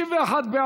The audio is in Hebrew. סעיפים 1 3 נתקבלו.